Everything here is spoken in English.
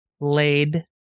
laid